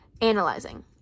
analyzing